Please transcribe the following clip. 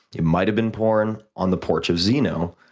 it might have been born on the porch of zeno,